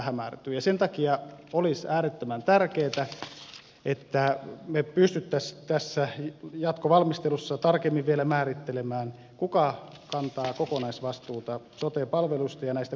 sen takia olisi äärettömän tärkeätä että me pystyisimme tässä jatkovalmistelussa tarkemmin vielä määrittelemään kuka kantaa kokonaisvastuuta sote palveluista ja näistä kustannuksista